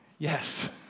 Yes